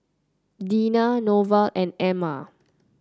Deena Norval and Emma